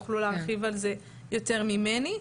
יוכלו להרחיב על זה יותר ממני.